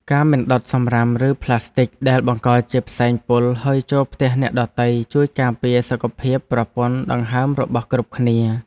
ការមិនដុតសំរាមឬប្លាស្ទិកដែលបង្កជាផ្សែងពុលហុយចូលផ្ទះអ្នកដទៃជួយការពារសុខភាពប្រព័ន្ធដង្ហើមរបស់គ្រប់គ្នា។